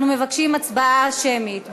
אנחנו מבקשים הצבעה שמית.